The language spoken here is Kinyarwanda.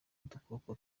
udukoko